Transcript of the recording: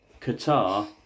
Qatar